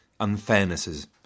unfairnesses